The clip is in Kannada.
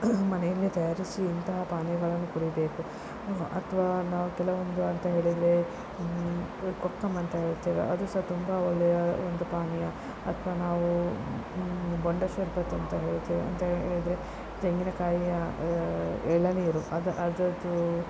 ಮನೆಯಲ್ಲೇ ತಯಾರಿಸಿ ಇಂತಹ ಪಾನೀಯಗಳನ್ನು ಕುಡಿಯಬೇಕು ಅಥವಾ ನಾವು ಕೆಲವೊಂದು ಅಂತ ಹೇಳಿದರೆ ಈ ಕೋಕಂ ಅಂತ ಹೇಳ್ತೇವೆ ಅದು ಸಹ ತುಂಬ ಒಳ್ಳೆಯ ಒಂದು ಪಾನೀಯ ಅಥವಾ ನಾವು ಬೊಂಡ ಶರಬತ್ ಅಂತ ಹೇಳ್ತೇವೆ ಅಂತ ಹೇಳಿದರೆ ತೆಂಗಿನಕಾಯಿಯ ಎಳನೀರು ಅದ ಅದರದ್ದು